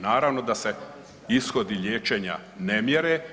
Naravno da se ishodi liječenja ne mjere.